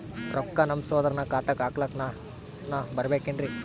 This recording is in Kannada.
ರೊಕ್ಕ ನಮ್ಮಸಹೋದರನ ಖಾತಾಕ್ಕ ಹಾಕ್ಲಕ ನಾನಾ ಬರಬೇಕೆನ್ರೀ?